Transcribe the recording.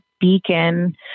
beacon